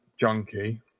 Junkie